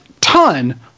ton